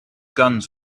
guns